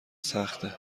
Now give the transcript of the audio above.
سخته